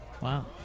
Wow